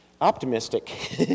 optimistic